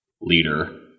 Leader